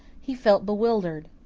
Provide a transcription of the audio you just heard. he felt bewildered.